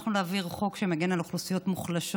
הצלחנו להעביר חוק שמגן על אוכלוסיות מוחלשות